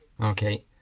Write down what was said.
Okay